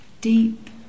deep